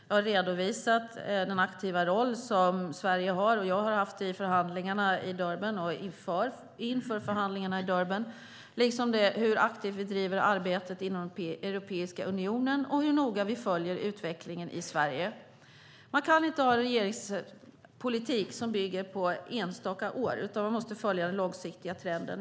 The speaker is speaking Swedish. Jag har redovisat den aktiva roll som jag och Sverige har haft i och inför förhandlingarna i Durban liksom hur aktivt vi driver arbetet inom Europeiska unionen och hur noga vi följer utvecklingen i Sverige. Man kan inte ha en regeringspolitik som bygger på enstaka år, utan man måste följa den långsiktiga trenden.